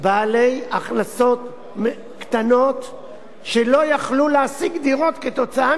בעלי הכנסות קטנות שלא יכלו להשיג דירות כתוצאה